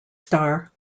star